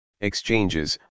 exchanges